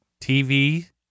TV